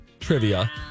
trivia